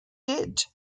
did